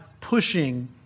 pushing